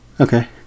Okay